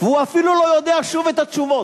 והוא אפילו לא יודע שוב את התשובות.